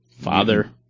father